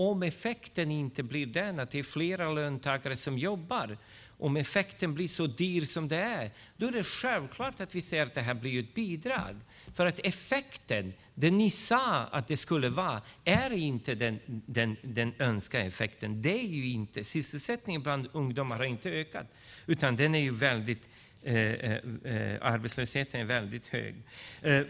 Om effekten inte blir den att det är fler löntagare som jobbar, om åtgärden blir så dyr som den är, är det självklart att vi säger att det är ett bidrag. Effekten, det ni sade att den skulle vara, är inte den önskade. Sysselsättningen bland ungdomar har inte ökat, utan arbetslösheten är mycket hög.